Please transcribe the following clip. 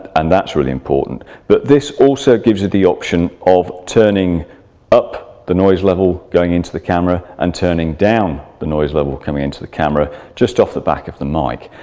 and that's really important but this also gives the the option of turning up the noise level going into the camera and turning down the noise level going into the camera just off the back if the mic.